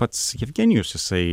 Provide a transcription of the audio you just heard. pats jevgenijus jisai